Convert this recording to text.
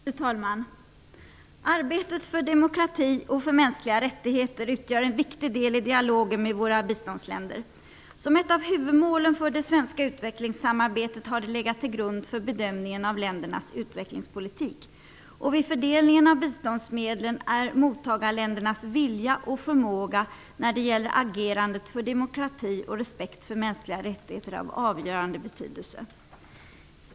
Fru talman! Arbetet för demokrati och för mänskliga rättigheter utgör en viktig del i dialogen med våra biståndsländer. Som ett av huvudmålen för det svenska utvecklingssamarbetet har det legat till grund för bedömningen av ländernas utvecklingspolitik. Vid fördelningen av biståndsmedlen är mottagarländernas vilja och förmåga när det gäller agerandet för demokrati och respekt för mänskliga rättigheter av avgörande betydelse.